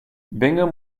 bingham